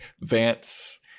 Vance